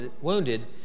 wounded